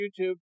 YouTube